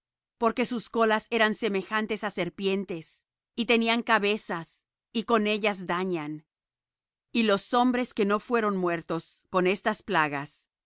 porque sus colas eran semejantes á serpientes y tenían cabezas y con ellas dañan y los otros hombres que no fueron muertos con estas plagas